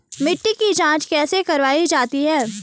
मिट्टी की जाँच कैसे करवायी जाती है?